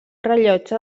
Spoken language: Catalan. rellotge